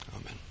Amen